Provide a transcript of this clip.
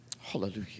Hallelujah